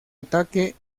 ataque